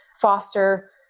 foster